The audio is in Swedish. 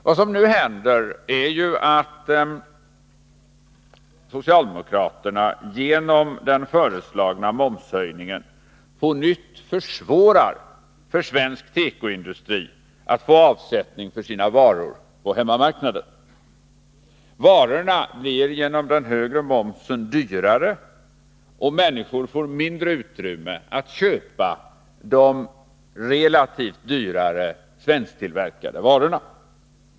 Vad som nu händer är att socialdemokraterna genom den föreslagna momshöjningen på nytt försvårar för svensk tekoindustri att få avsättning för sina varor på hemmamarknaden. Varorna blir genom den högre momsen dyrare, och människor får mindre utrymme att köpa de relativt dyrare svensktillverkade varorna.